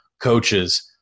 coaches